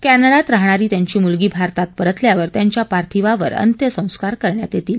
कॅनडात राहणारी त्यांची मुलगी भारतात परतल्यावर त्यांच्या पार्थिवावर अत्यसस्कार करण्यात येतील